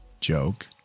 joke